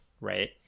right